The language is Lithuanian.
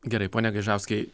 gerai pone gaižauskai